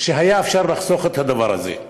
והיה אפשר לחסוך את הדבר הזה.